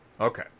Okay